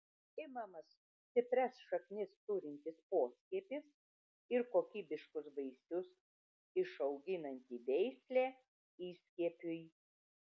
imamas stiprias šaknis turintis poskiepis ir kokybiškus vaisius išauginanti veislė įskiepiui